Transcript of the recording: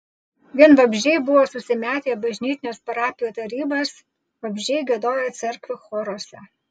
vien vabzdžiai buvo susimetę į bažnytines parapijų tarybas vabzdžiai giedojo cerkvių choruose